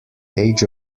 age